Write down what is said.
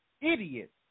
idiots